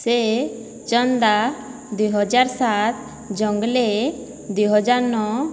ସେ ଚନ୍ଦା ଦୁଇହଜାର ସାତ ଜଙ୍ଗଲେ ଦୁଇହଜାର ନଅ